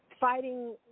fighting